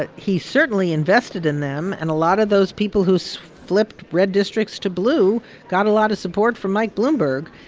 but he certainly invested in them, and a lot of those people who's flipped red districts to blue got a lot of support from mike bloomberg,